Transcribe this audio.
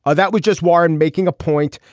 ah that was just warren making a point.